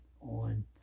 on